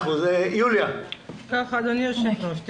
אדוני היושב-ראש,